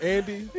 Andy